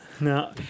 no